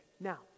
now